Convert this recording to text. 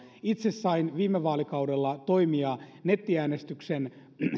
itse sain viime vaalikaudella toimia nettiäänestyksen